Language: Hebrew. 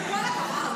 עם כל הכבוד,